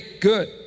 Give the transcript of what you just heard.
Good